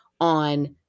on